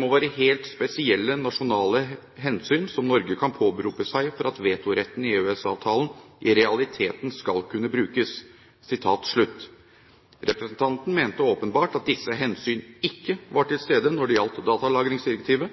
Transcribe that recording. må være helt spesielle nasjonale hensyn som Norge kan påberope seg for at vetoretten i EØS-avtalen i realiteten skal kunne brukes». Representanten mente åpenbart at disse hensyn ikke var til stede når det gjaldt datalagringsdirektivet.